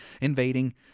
invading